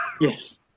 Yes